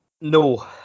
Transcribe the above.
No